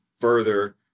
further